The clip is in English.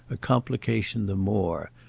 a complication the more,